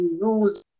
rules